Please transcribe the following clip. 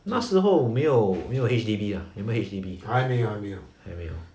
那时候没有没有 H_D_B ah 有没有 H_D_B 还没有